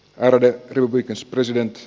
arne juurikas presidents